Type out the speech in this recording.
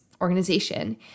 organization